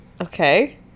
Okay